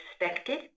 expected